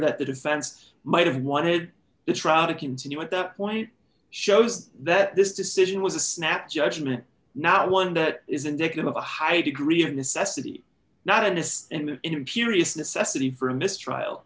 that the defense might have wanted the trial to continue at that point shows that this decision was a snap judgment not one that is indicative of a high degree of necessity not in this